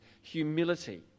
humility